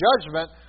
judgment